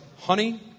honey